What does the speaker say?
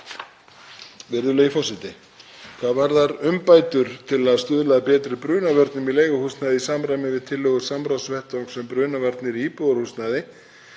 Virðulegi forseti. Hvað varðar umbætur til að stuðla að betri brunavörnum í leiguhúsnæði í samræmi við tillögur samráðsvettvangs um brunavarnir í íbúðarhúsnæði